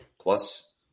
plus